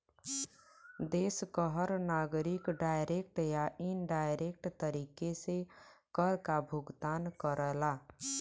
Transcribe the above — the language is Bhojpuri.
देश क हर नागरिक डायरेक्ट या इनडायरेक्ट तरीके से कर काभुगतान करला